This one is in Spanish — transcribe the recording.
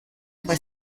fue